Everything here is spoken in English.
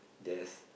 just